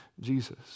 Jesus